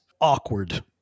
awkward